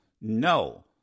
no